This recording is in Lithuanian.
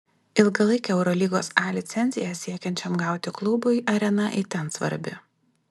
ilgalaikę eurolygos a licenciją siekiančiam gauti klubui arena itin svarbi